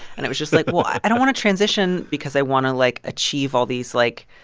and it was just like, well, i don't want to transition because i want to, like, achieve all these, like,